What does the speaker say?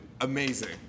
Amazing